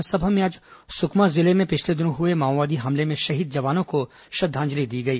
विधानसभा में आज सुकमा जिले में हुए माओवादी हमले में शहीद जवानों को श्रद्वांजलि दी गई